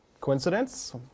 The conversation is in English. Coincidence